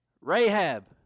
Rahab